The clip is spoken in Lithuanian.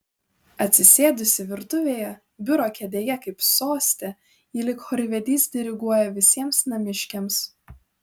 atsisėdusi virtuvėje biuro kėdėje kaip soste ji lyg chorvedys diriguoja visiems namiškiams